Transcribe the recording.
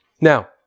Now